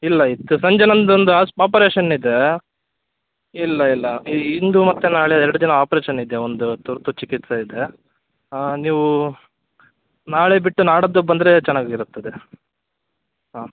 ಇಲ್ಲ ಇದ್ಕೆ ಸಂಜೆ ನನ್ನದೊಂದು ಆಪರೇಷನ್ ಇದೆ ಇಲ್ಲ ಇಲ್ಲ ಇಂದು ಮತ್ತೆ ನಾಳೆ ಎರಡು ದಿನ ಆಪ್ರೇಷನ್ ಇದೆ ಒಂದು ತುರ್ತುಚಿಕಿತ್ಸೆ ಇದೆ ಹಾಂ ನೀವು ನಾಳೆ ಬಿಟ್ಟು ನಾಡಿದ್ದು ಬಂದರೆ ಚೆನ್ನಾಗಿರುತ್ತದೆ ಹಾಂ